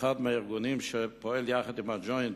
אחד מהארגונים שפועל יחד עם ה"ג'וינט",